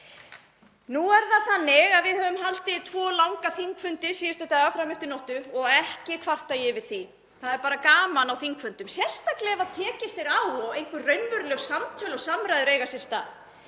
Nú er það þannig að við höfum haldið tvo langa þingfundi síðustu daga, fram eftir nóttu, og ekki kvarta ég yfir því. Það er bara gaman á þingfundum, sérstaklega ef tekist er á og einhver raunveruleg samtöl og samræður eiga sér stað.